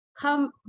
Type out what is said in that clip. come